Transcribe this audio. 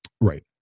right